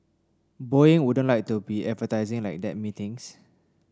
Boeing wouldn't like to be advertising like that methinks